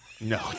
No